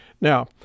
Now